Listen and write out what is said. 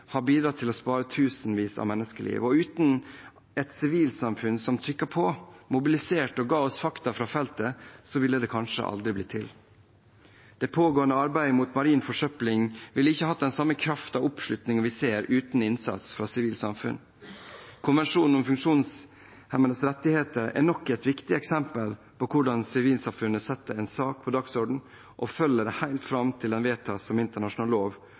har bidratt til å spare tusenvis av menneskeliv. Uten et sivilsamfunn som trykket på, mobiliserte og ga oss fakta fra feltet, ville de kanskje aldri blitt til. Det pågående arbeidet mot marin forsøpling ville ikke hatt den kraften og oppslutningen vi ser, uten innsatsen fra sivilt samfunn. Konvensjonen om funksjonshemmedes rettigheter er nok et viktig eksempel på hvordan sivilsamfunnet setter en sak på dagsordenen, følger den helt fram til den vedtas som internasjonal lov